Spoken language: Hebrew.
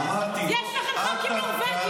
אמרתי, יש לכם ח"כים נורבגים.